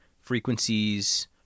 frequencies